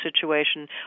situation